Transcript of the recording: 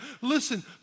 Listen